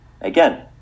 Again